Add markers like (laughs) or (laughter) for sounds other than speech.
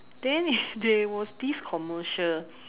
then (laughs) there was this commercial